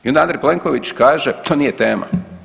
I onda Andrej Plenković kaže to nije tema.